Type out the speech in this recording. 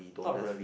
not really